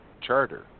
Charter